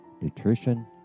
nutrition